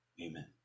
Amen